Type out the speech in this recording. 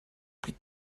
plus